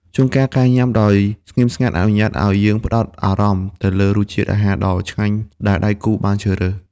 ជួនកាល ការញ៉ាំដោយស្ងៀមស្ងាត់អនុញ្ញាតឱ្យយើងផ្ដោតអារម្មណ៍ទៅលើរសជាតិអាហារដ៏ឆ្ងាញ់ដែលដៃគូបានជ្រើសរើស។